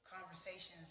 conversations